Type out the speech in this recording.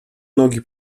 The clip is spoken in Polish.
nogi